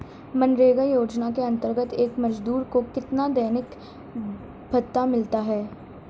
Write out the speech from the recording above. मनरेगा योजना के अंतर्गत एक मजदूर को कितना दैनिक भत्ता मिलता है?